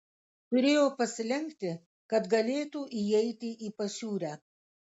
turėjo pasilenkti kad galėtų įeiti į pašiūrę